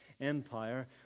empire